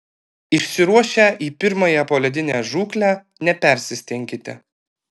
išsiruošę į pirmąją poledinę žūklę nepersistenkite